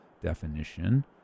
definition